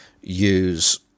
use